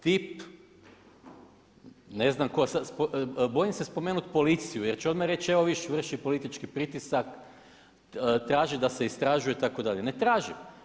Tip, ne znam tko, bojim se spomenuti policiju jer će odmah reći evo viš vrši politički pritisak, traži da se istražuje itd., ne tražim.